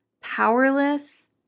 powerless